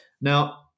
Now